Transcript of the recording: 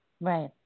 Right